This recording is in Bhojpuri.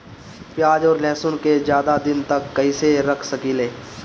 प्याज और लहसुन के ज्यादा दिन तक कइसे रख सकिले?